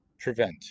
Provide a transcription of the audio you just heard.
prevent